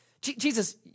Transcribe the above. Jesus